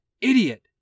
Idiot